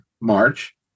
March